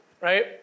right